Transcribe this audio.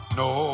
no